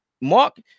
mark